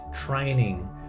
training